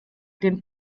dem